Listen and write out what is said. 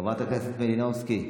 חברת הכנסת מלינובסקי,